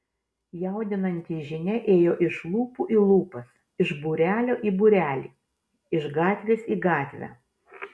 jaudinanti žinia ėjo iš lūpų į lūpas iš būrelio į būrelį iš gatvės į gatvę